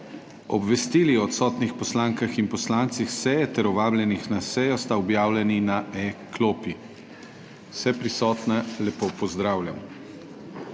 Obvestili o odsotnih poslankah in poslancih seje ter o vabljenih na sejo sta objavljeni na e-klopi. Vse prisotne lepo pozdravljam!